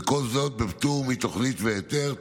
כל זאת בפטור מתוכנית והיתר,